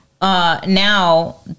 Now